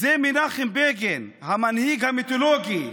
זה מנחם בגין המנהיג המיתולוגי,